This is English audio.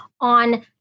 on